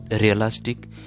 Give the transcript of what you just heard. realistic